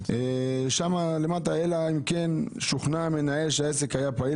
שם למטה: אלא אם כן שוכנע המנהל שהעסק היה פעיל